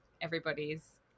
everybody's